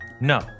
No